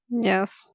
Yes